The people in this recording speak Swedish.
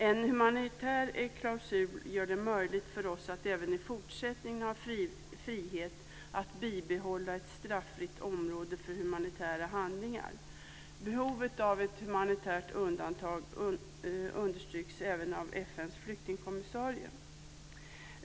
En humanitär klausul gör det möjligt för oss att även i fortsättningen ha frihet att bibehålla ett straffritt område för humanitära handlingar. Behovet av ett humanitärt undantag understryks även av FN:s flyktingkommissarie.